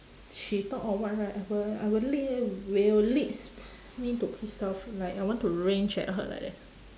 she talk or what right I will I will lead will leads me to pissed off like I want to rage at her like that